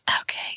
Okay